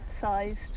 sized